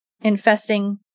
infesting